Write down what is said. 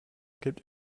gibt